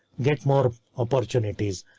get more opportunities,